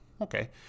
Okay